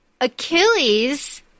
Achilles